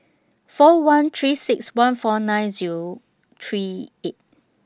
four one three six one four nine Zero three eight